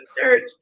church